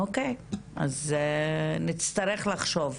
אוקיי, אז נצטרך לחשוב.